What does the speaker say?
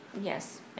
Yes